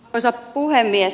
arvoisa puhemies